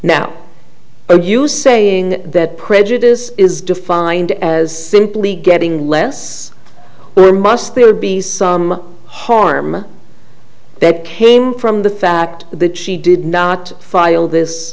now you saying that prejudice is defined as simply getting less there must there be some harm that came from the fact that she did not file this